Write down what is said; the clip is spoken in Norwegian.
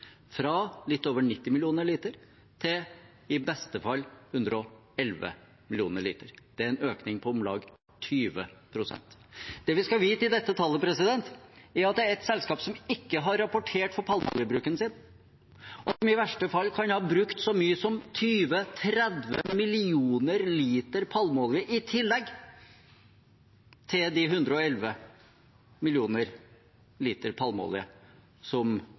fra litt over 90 mill. liter til i beste fall 111 mill. liter. Det er en økning på om lag 20 pst. Det vi skal vite når det gjelder dette tallet, er at det er ett selskap som ikke har rapportert palmeoljebruken sin, og som i verste fall kan ha brukt så mye som 20–30 mill. liter palmeolje i tillegg til de 111 mill. liter palmeolje som